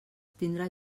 tindrà